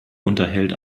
unterhält